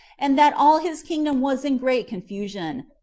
and that all his kingdom was in great confusion,